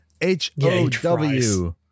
H-O-W